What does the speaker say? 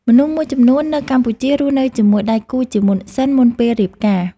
មនុស្សមួយចំនួននៅកម្ពុជារស់នៅជាមួយដៃគូជាមុនសិនមុនពេលរៀបការ។